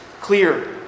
clear